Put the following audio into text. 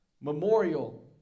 Memorial